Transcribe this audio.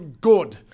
good